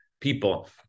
people